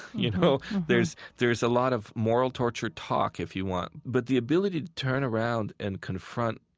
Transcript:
you know there's there's a lot of moral torture talk, if you want, but the ability to turn around and confront,